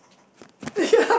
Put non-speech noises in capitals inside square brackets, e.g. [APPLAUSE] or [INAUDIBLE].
[LAUGHS] yeah